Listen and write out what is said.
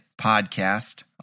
podcast